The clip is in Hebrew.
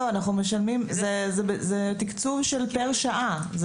זה תקצוב לפי שעה.